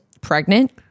pregnant